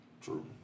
True